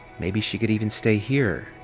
maybe she could even stay here,